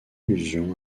allusion